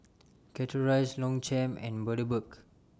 Chateraise Longchamp and Bundaberg